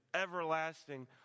everlasting